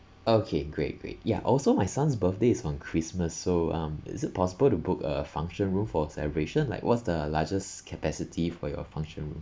okay great great ya also my son's birthday is on christmas so um is it possible to book a function room for a celebration like what's the largest capacity for your function room